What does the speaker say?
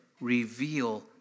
reveal